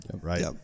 right